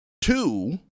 two